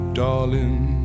darling